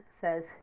says